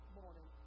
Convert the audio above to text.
morning